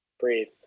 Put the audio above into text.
breathe